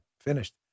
finished